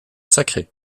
sacrée